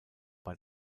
bei